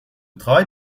travail